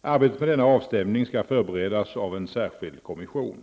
Arbetet med denna avstämning skall förberedas av en särskild kommission.